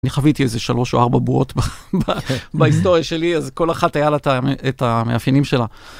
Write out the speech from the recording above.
אני חוויתי איזה 3 או 4 בועות בהיסטוריה שלי אז כל אחת היה לה את המאפיינים שלה.